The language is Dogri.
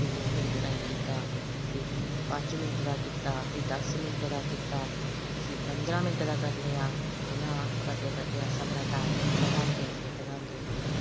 फ्ही दो मिंट ताईं कीता फ्ही पंज मिंट दा कीता फ्ही दस मिंट दा कीता फ्ही पंदरां मिंट दा करी लेआ इ'यां करदे करदे अस अपना टाइम बधांदे गे बधांदे गे